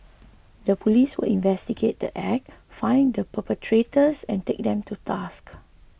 the police will investigate the Act find the perpetrators and take them to task